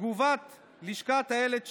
תגובת לשכת אילת שקד,